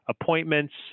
appointments